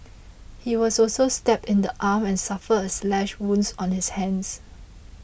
he was also stabbed in the arm and suffered a slash wounds on his hands